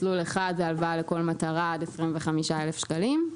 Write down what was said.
מסלול אחד זה הלוואה לכל מטרה עד 25,000 שקלים,